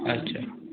अच्छा